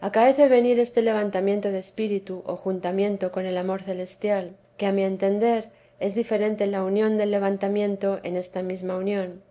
acaece venir este levantamiento de espíritu o juntamiento con el amor celestial que a mi entender es diferente la unión del levantamiento en esta mesma unión